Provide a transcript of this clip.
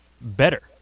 better